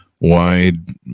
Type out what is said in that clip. wide